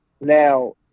now